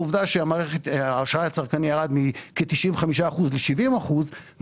העובדה שהאשראי הצרכני ירד מכ-95 אחוזים ל-70 אחוזים,